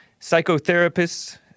psychotherapists